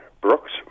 Brooks